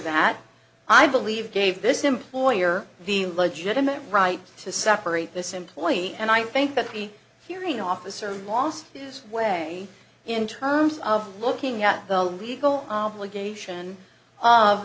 that i believe gave this employer the legitimate right to separate this employee and i think that the hearing officer lost his way in terms of looking at the legal obligation of